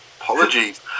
Apologies